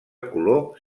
color